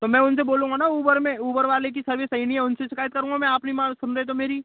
तो मैं उनसे बोलूँगा ना ऊबर में ऊबर वाले की सर्विस सही नहीं है उनसे शिकायत करूँगा मैं आप नहीं मा सुन रहे तो मेरी